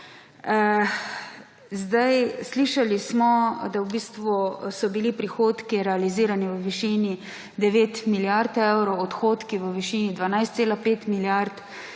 dni. Slišali smo, da so bili v bistvu prihodki realizirani v višini 9 milijard evrov, odhodki v višini 12,5 milijard.